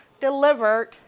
delivered